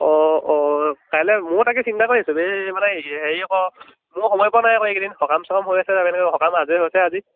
অঁ অঁ কাইলৈ মইও তাকে চিন্তা কৰিছোঁ বে মানে হ হেৰি আকৌ মইও সময় পোৱা নাই আক এইকেইদিন সকাম চকাম হৈ আছে সকাম আজৰি হৈছেহে আজি